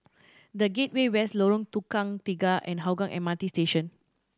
The Gateway West Lorong Tukang Tiga and Hougang M R T Station